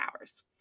hours